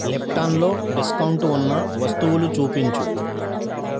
లిప్టన్లో discount ఉన్న వస్తువులు చూపించు